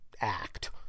act